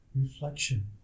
reflection